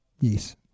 Yes